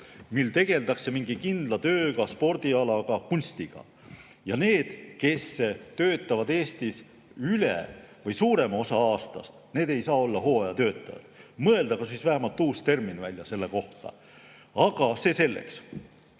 mil tegeldakse mingi kindla tööga, spordialaga, kunstiga vms." Need, kes töötavad Eestis suurema osa aastast, ei saa olla hooajatöötajad. Mõeldagu siis vähemalt uus termin välja selle kohta. Aga see selleks.